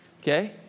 Okay